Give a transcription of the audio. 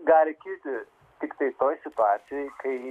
gali kilti tiktai toj situacijoj kai